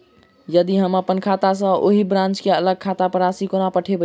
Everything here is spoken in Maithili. यदि हम अप्पन खाता सँ ओही ब्रांच केँ अलग खाता पर राशि कोना पठेबै?